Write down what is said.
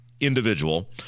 individual